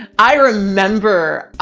i remember,